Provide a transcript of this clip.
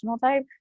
type